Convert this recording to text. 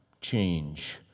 change